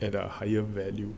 at a higher value